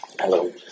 Hello